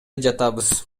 жатабыз